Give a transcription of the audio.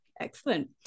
excellent